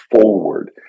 forward